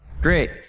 Great